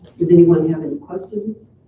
does anyone have any questions?